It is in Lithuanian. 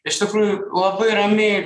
iš tikrųjų labai ramiai